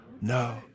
No